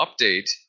update